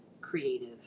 creative